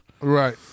right